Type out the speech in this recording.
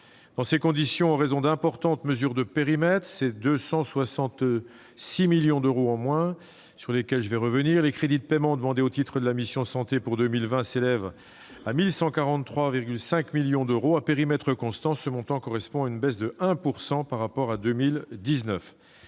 Dans ces conditions, en raison d'importantes mesures de périmètre, représentant une baisse de 266,1 millions d'euros et sur lesquelles je vais revenir, les crédits de paiement demandés au titre de la mission « Santé » pour 2020 s'élèvent à 1 143,5 millions d'euros. À périmètre constant, ce montant correspond à une baisse de 1 % par rapport à 2019.